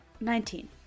Nineteen